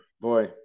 boy